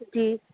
جی